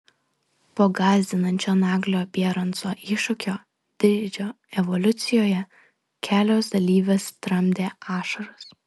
po gąsdinančio naglio bieranco iššūkio dydžio evoliucijoje kelios dalyvės tramdė ašaras